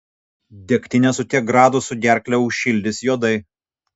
degtinė su tiek gradusų gerklę užšildys juodai